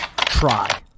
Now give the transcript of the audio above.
try